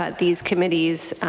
ah these committees